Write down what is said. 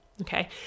Okay